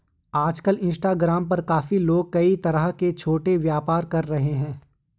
आजकल इंस्टाग्राम पर काफी लोग कई तरह के छोटे व्यापार कर रहे हैं